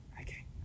Okay